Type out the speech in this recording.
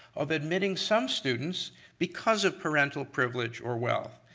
of admitting some students because of parental privilege or wealth.